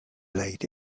laid